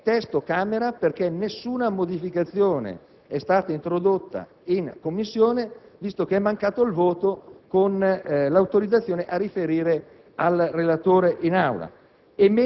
dalla Camera, perché nessuna modificazione è stata introdotta in Commissione, visto che è mancato il voto di autorizzazione al relatore a riferire in Aula;